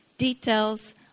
details